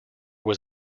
was